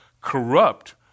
Corrupt